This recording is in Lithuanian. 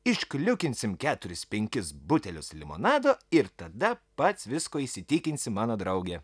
iškliukinsim keturis penkis butelius limonado ir tada pats viskuo įsitikinsi mano drauge